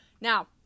now